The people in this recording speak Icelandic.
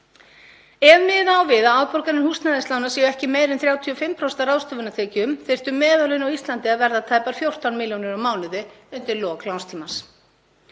Ef miða á við að afborganir húsnæðislána séu ekki meira en 35% af ráðstöfunartekjum þyrftu meðallaun á Íslandi að verða tæpar 14 milljónir á mánuði undir lok lánstímans.